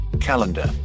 calendar